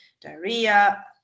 diarrhea